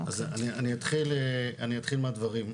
אני אתחיל מהדברים.